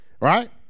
Right